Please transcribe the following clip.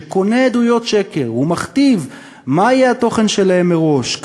שקונה עדויות שקר ומכתיב מה יהיה התוכן שלהן מראש,